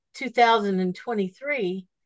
2023